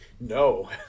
no